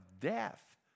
death